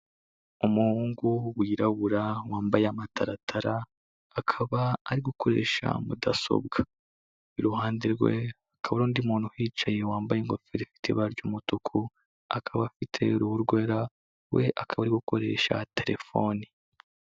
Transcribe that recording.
Umuhungu wirabura wambaye amataratara akaba ari gukoresha mudasobwa, iruhande rwe hakaba hari undi muntu wicaye wambaye ingofero ifite ibara ry'umutuku, akaba afite uruhu rwera we akaba ari gukoresha telefoni.